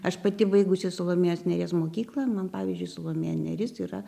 aš pati baigusi salomėjos nėries mokyklą man pavyzdžiui salomėja nėris yra